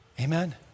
Amen